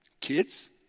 Kids